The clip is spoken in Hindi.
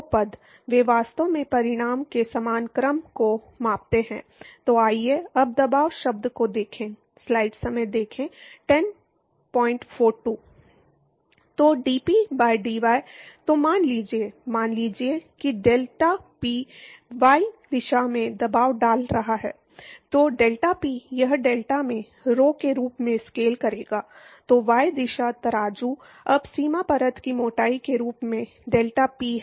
वे वास्तव में परिमाण के समान क्रम को मापते हैं